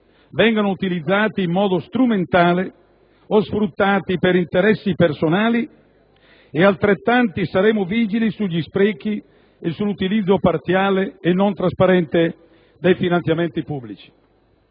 vengano utilizzati in modo strumentale o sfruttati per interessi personali; altrettanto, saremo vigili sugli sprechi e sull'utilizzo parziale e non trasparente dei finanziamenti pubblici.